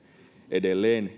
edelleen